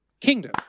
Kingdom